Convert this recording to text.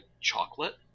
chocolate